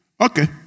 Okay